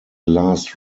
last